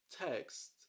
text